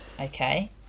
Okay